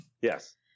yes